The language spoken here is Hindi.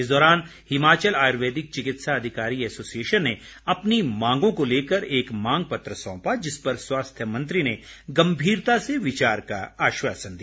इस दौरान हिमाचल आयुर्वेदिक चिकित्सा अधिकारी एसोसिएशन ने अपनी मांगों को लेकर एक मांग पत्र सौंपा जिस पर स्वास्थ्य मंत्री ने गम्भीरता से विचार का आश्वासन दिया